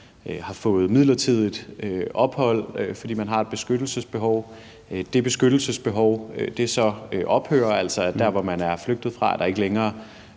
har fået midlertidigt ophold i Danmark, fordi man har et beskyttelsesbehov, og det beskyttelsesbehov så ophører, fordi der dér, hvor man er flygtet fra, ikke længere